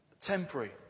temporary